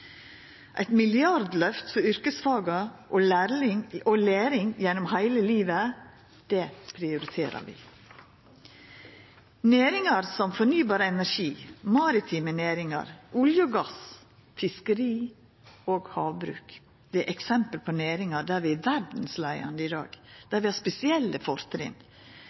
Eit milliardløft for yrkesfaga og læring gjennom heile livet prioriterer vi. Næringar som fornybar energi, maritime næringar, olje og gass, fiskeri og havbruk er eksempel på næringar der vi er verdsleiande i dag, der vi har spesielle fortrinn.